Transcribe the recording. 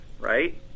right